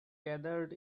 gathered